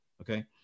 okay